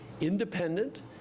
independent